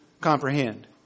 comprehend